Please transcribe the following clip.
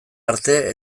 arte